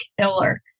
killer